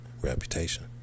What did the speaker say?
reputation